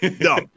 No